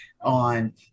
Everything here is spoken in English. on